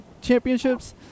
championships